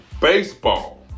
baseball